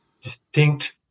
distinct